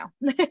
now